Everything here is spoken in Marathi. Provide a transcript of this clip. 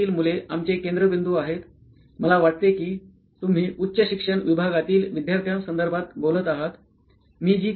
शाळेतील मुले आमचे केंद्रबिंदू आहेत मला वाटते कि तुम्ही उच्च शिक्षण विभागातील विद्यार्थ्यांसंदर्भात बोलत आहात